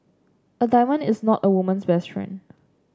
a diamond is not a woman's best friend